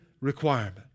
requirement